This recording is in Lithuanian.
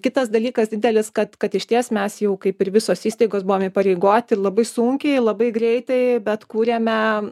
kitas dalykas didelis kad kad išties mes jau kaip ir visos įstaigos buvom įpareigoti labai sunkiai labai greitai bet kūrėme